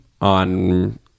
on